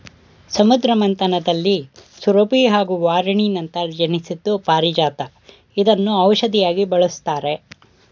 ಸಮುದ್ರ ಮಥನದಲ್ಲಿ ಸುರಭಿ ಹಾಗೂ ವಾರಿಣಿ ನಂತರ ಜನ್ಸಿದ್ದು ಪಾರಿಜಾತ ಇದ್ನ ಔಷ್ಧಿಯಾಗಿ ಬಳಸ್ತಾರೆ